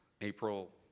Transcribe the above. April